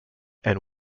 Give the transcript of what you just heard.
and